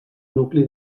nucli